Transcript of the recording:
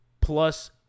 plus